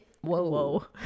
whoa